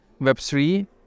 Web3